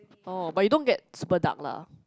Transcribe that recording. oh but you don't get super dark lah